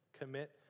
Commit